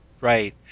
Right